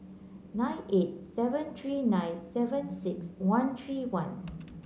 nine eight seven three nine seven six one three one